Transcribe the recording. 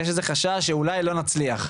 יש איזה חשש שאולי לא נצליח.